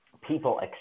people